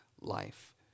life